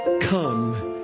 come